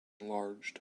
enlarged